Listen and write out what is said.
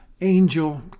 angel